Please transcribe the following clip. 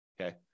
okay